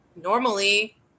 normally